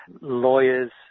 lawyers